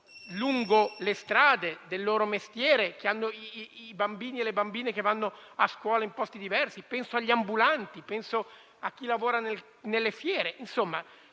vivono lungo le strade del loro mestiere e che hanno i bambini e le bambine che vanno a scuola in posti diversi. Penso inoltre agli ambulanti e a chi lavora nelle fiere. Insomma,